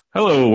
Hello